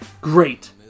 great